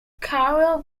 caro